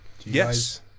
Yes